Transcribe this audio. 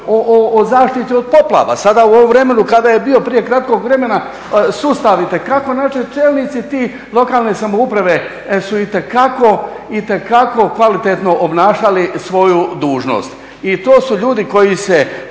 o zaštiti od poplava. Sada u ovom vremenu kada je bio prije kratkog vremena sustav itekako načet čelnici ti lokalne samouprave su itekako kvalitetno obnašali svoju dužnost. I to su ljudi koji se